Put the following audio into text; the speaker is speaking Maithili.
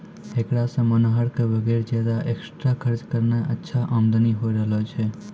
हेकरा सॅ मनोहर कॅ वगैर ज्यादा एक्स्ट्रा खर्च करनॅ अच्छा आमदनी होय रहलो छै